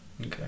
okay